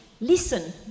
listen